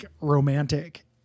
romantic